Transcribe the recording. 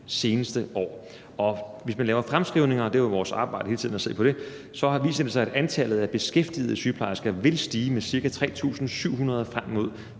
seneste år. Og hvis man laver fremskrivninger – og det er jo vores arbejde hele tiden at se på det – viser det sig, at antallet af beskæftigede sygeplejersker vil stige med ca. 3.700 frem mod